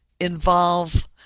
involve